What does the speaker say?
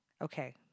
Okay